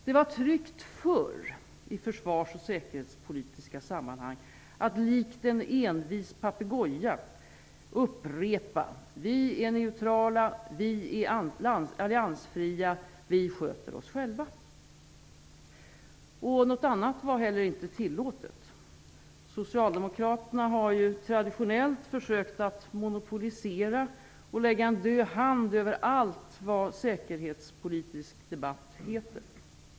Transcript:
Det var tryggt förr att i försvars och säkerhetspolitiska sammanhang likt en envis papegoja upprepa "Vi är neutrala. Vi är alliansfria. Vi sköter oss själva". Något annat var heller inte tillåtet. Socialdemokraterna har ju traditionellt försökt monopolisera och lägga en död hand över allt vad säkerhetspolitisk debatt heter.